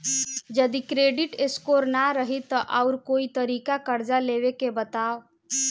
जदि credit score ना रही त आऊर कोई तरीका कर्जा लेवे के बताव?